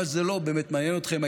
אבל זה לא באמת מעניין אתכם.